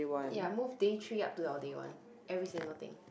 ya move day three up to our day one every single thing